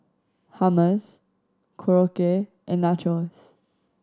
Hummus Korokke and Nachos